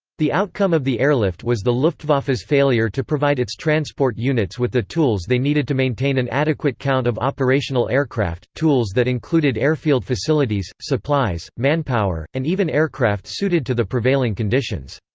the outcome of the airlift was the luftwaffe's failure to provide its transport units with the tools they needed to maintain an adequate count of operational aircraft tools that included airfield facilities, supplies, manpower, and even aircraft suited to the prevailing conditions.